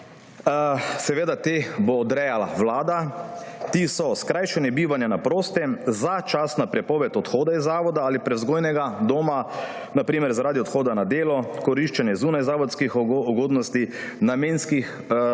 seveda odrejala Vlada. To so: skrajšanje bivanja na prostem; začasna prepoved odhoda iz zavoda ali prevzgojnega doma, na primer zaradi odhoda na delo, izkoriščanja zunajzavodskih ugodnosti, namenskih izhodov